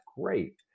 great